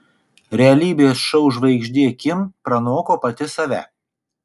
realybės šou žvaigždė kim pranoko pati save